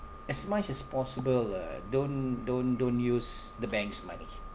as much as possible uh don't don't don't use the banks money